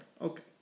Okay